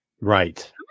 right